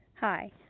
Hi